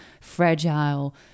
fragile